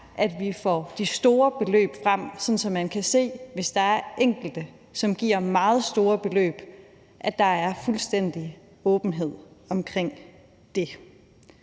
at vi får de store beløb frem, sådan at man kan se, hvis der er enkelte, som giver meget store beløb, så der er fuldstændig åbenhed om det.